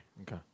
Okay